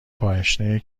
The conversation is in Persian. پاشنه